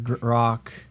rock